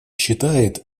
считает